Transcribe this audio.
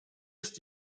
ist